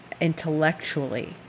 intellectually